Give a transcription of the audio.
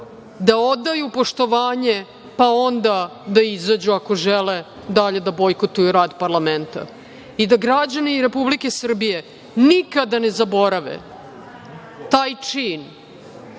da odaju poštovanje, pa onda da izađu ako žele dalje da bojkotuju rad parlamenta i da građani Republike Srbije nikada ne zaborave taj čin,